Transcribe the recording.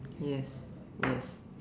yes yes